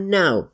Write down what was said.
now